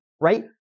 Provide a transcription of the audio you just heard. right